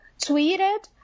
tweeted